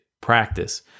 practice